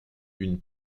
une